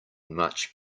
much